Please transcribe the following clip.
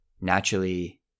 naturally